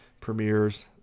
premieres